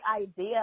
idea